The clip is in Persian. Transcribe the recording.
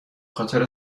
خاطر